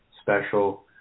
special